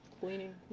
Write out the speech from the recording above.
cleaning